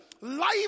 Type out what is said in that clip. life